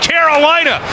Carolina